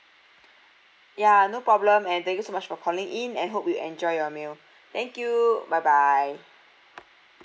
ya no problem and thank you so much for calling in and hope you enjoyed your meal thank you bye bye